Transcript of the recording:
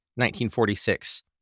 1946